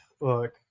look